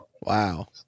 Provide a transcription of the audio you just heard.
Wow